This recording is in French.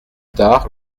tard